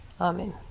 Amen